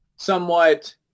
somewhat